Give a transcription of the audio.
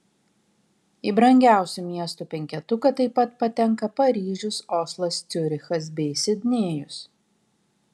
į brangiausių miestų penketuką taip pat patenka paryžius oslas ciurichas bei sidnėjus